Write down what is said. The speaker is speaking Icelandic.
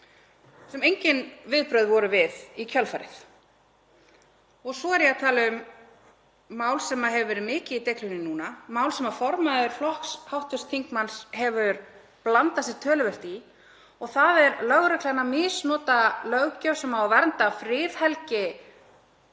sem engin viðbrögð voru við í kjölfarið. Svo er ég að tala um mál sem hefur verið mikið í deiglunni núna, mál sem formaður flokks hv. þingmanns hefur blandað sér töluvert í, og það er lögreglan að misnota löggjöf, sem á að vernda friðhelgi